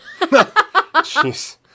Jeez